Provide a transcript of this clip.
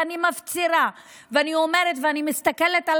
ואני מפצירה ואני אומרת ואני מסתכלת על